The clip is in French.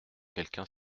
quelqu’un